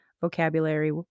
vocabulary